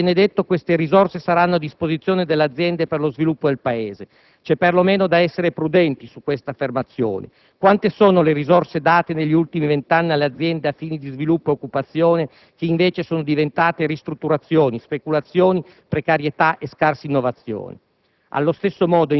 Secondo quanto ci viene detto, queste risorse saranno a disposizione delle aziende per lo sviluppo del Paese. C'è per lo meno da essere prudenti su questa affermazione: quante sono le risorse date negli ultimi vent'anni alle aziende a fini di sviluppo e occupazione che invece sono diventate ristrutturazioni, speculazioni, precarietà e scarsa innovazione?